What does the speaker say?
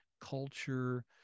culture